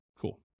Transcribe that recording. Cool